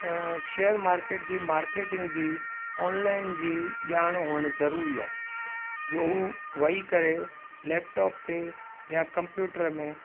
share market जी marketing जी online जी ॼाण हुअणु ज़रूरी आहे जो हू वही करे लैपटॉप ते या कंप्यूटर में